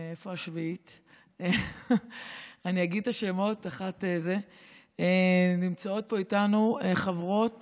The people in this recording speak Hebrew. אני אגיד את השמות, נמצאות פה איתנו חברות